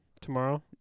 tomorrow